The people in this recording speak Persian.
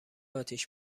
اتیش